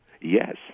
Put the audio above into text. Yes